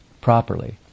properly